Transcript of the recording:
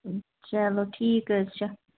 چلو ٹھیٖک حظ چھُ